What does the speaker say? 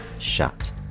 shut